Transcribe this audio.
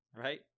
right